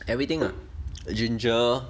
everything ah ginger